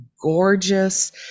gorgeous